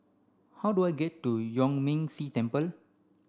how do I get to Yuan Ming Si Temple